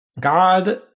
God